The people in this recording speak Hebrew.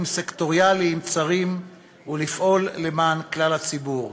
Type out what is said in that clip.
סקטוריאליים צרים ולפעול למען כלל הציבור.